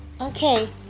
Okay